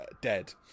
dead